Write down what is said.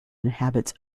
inhabits